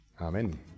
Amen